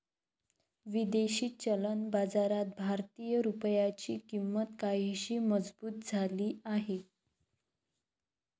विदेशी चलन बाजारात भारतीय रुपयाची किंमत काहीशी मजबूत झाली आहे